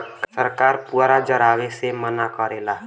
सरकार पुअरा जरावे से मना करेला